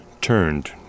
turned